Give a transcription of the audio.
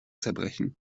zerbrechen